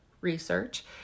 research